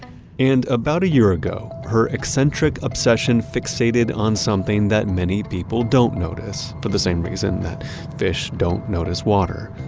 and about a year ago, her eccentric obsession fixated on something that many people don't notice for the same reason that fish don't notice water.